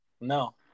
No